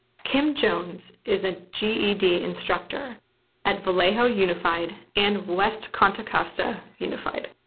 kim jones is a ged instructor at vallejo unified and west contra costa unified.